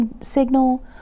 signal